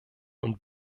und